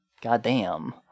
Goddamn